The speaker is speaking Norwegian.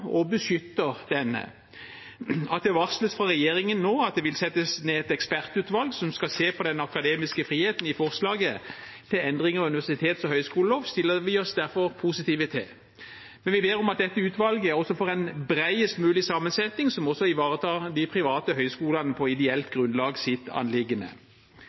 og beskytter denne. At det nå varsles fra regjeringen at det vil settes ned et ekspertutvalg som skal se på den akademiske friheten i forslaget til endringer i universitets- og høyskoleloven, stiller vi oss derfor positive til, men vi ber om at dette utvalget får en bredest mulig sammensetning som også ivaretar de private høyskolene på ideelt grunnlag sitt anliggende.